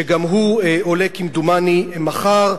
שגם הוא עולה כמדומני מחר.